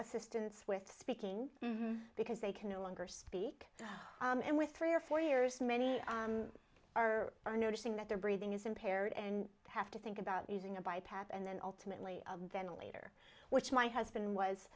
assistance with speaking because they can no longer speak and with three or four years many are are noticing that their breathing is impaired and have to think about using a bipap and then ultimately a ventilator which my husband was